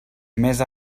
més